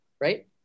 right